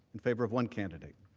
in favor of one candidate.